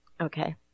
Okay